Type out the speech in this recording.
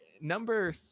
Number